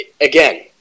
again